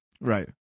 Right